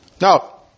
Now